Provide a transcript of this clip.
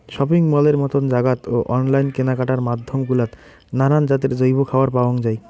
shopping মলের মতন জাগাত ও অনলাইন কেনাকাটার মাধ্যম গুলাত নানান জাতের জৈব খাবার পাওয়াং যাই